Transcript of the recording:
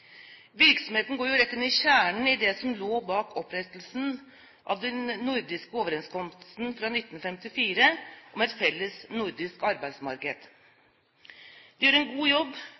Virksomheten går jo rett inn i kjernen av det som lå bak opprettelsen av den nordiske overenskomsten fra 1954 om et felles nordisk arbeidsmarked. De gjør en god jobb